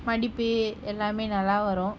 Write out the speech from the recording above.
மடிப்பு எல்லாமே நல்லா வரும்